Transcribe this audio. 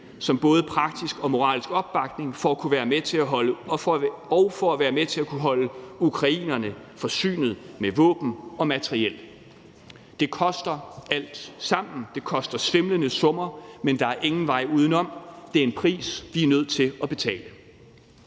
som både praktisk og moralsk opbakning, og for at være med til at kunne holde ukrainerne forsynet med våben og materiel. Det koster alt sammen – det koster svimlende summer – men der er ingen vej udenom. Det er en pris, vi er nødt til at betale.